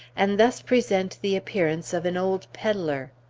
and thus present the appearance of an old peddler.